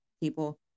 people